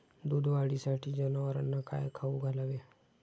दूध वाढीसाठी जनावरांना काय खाऊ घालावे?